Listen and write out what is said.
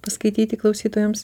paskaityti klausytojams